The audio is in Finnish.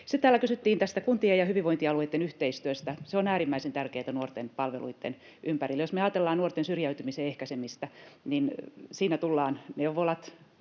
kysyttiin tästä kuntien ja hyvinvointialueitten yhteistyöstä. Se on äärimmäisen tärkeätä nuorten palveluiden ympärillä. Jos me ajatellaan nuorten syrjäytymisen ehkäisemistä, niin siinä tullaan siihen,